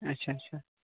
اَچھا اَچھا